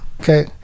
okay